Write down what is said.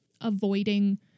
avoiding